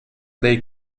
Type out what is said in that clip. dei